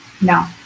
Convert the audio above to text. No